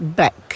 back